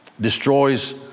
Destroys